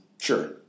Sure